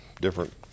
different